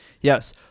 Yes